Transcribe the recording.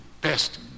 best